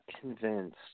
convinced